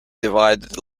divided